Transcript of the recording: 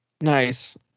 Nice